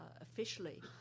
officially